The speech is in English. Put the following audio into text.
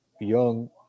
young